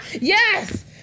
Yes